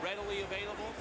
readily available